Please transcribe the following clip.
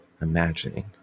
imagining